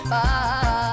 Bye